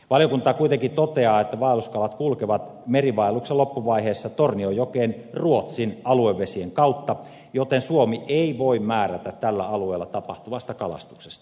valiokunta kuitenkin toteaa että vaelluskalat kulkevat merivaelluksen loppuvaiheessa tornionjokeen ruotsin aluevesien kautta joten suomi ei voi määrätä tällä alueella tapahtuvasta kalastuksesta